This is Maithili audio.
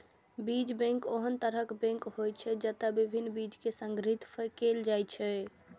बीज बैंक ओहन तरहक बैंक होइ छै, जतय विभिन्न बीज कें संग्रहीत कैल जाइ छै